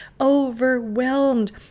overwhelmed